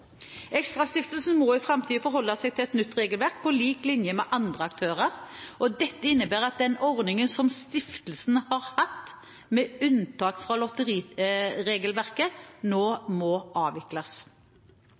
ExtraStiftelsen må i framtiden forholde seg til et nytt regelverk på lik linje med andre aktører. Dette innebærer at den ordningen som stiftelsen har hatt med unntak fra lotteriregelverket, nå må avvikles.